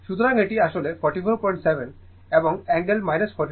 সুতরাং এটি আসলে 447 এবং অ্যাঙ্গেল 428o ভোল্ট